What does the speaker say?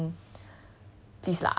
as in um